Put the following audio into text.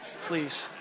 Please